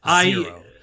Zero